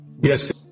Yes